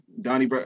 Donnie